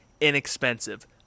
Inexpensive